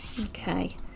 okay